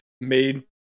made